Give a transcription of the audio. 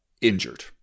injured